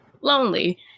lonely